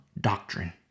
doctrine